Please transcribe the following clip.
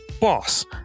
Boss